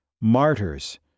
martyrs